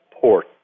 port